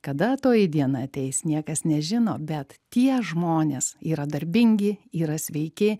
kada toji diena ateis niekas nežino bet tie žmonės yra darbingi yra sveiki